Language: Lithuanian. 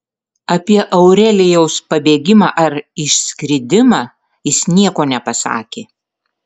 apie aurelijaus pabėgimą ar išskridimą jis nieko nepasakė